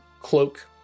cloak